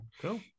cool